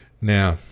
Now